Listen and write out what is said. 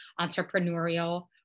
entrepreneurial